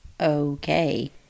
Okay